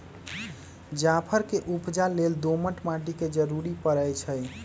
जाफर के उपजा लेल दोमट माटि के जरूरी परै छइ